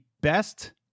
best